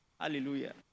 Hallelujah